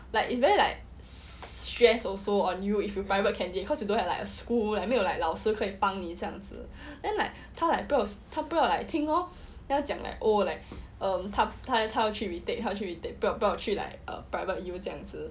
like it's very like stress also on you if you private candidate cause you don't have like a school like 没有 like 老师可以帮你这样子 then like 他 like 不要听 lor 他讲 like oh like 他要去 retake 他要去 retake 不要去 like um private U 这样子